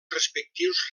respectius